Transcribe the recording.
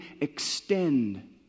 extend